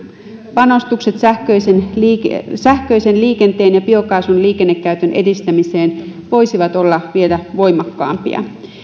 panostukset sähköisen liikenteen sähköisen liikenteen ja biokaasun liikennekäytön edistämiseen voisivat olla vielä voimakkaampia